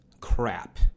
crap